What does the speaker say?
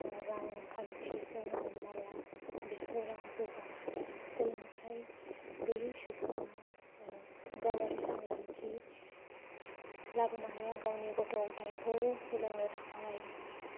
रांखान्थिखौनो हमना ला बिफोराव जौगानो हाया सोलोंथाइ गोयै सुबुङा गावारि सांग्रांथि लाबोनो हाया गाव गावनि गथ' गथायखौ फोरोंनो थाखाय